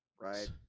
right